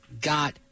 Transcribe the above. got